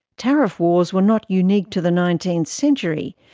tariff wars were not unique to the nineteenth century.